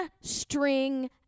string